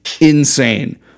insane